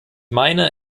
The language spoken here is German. meine